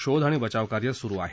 शोध आणि बचावकार्य सुरु आहे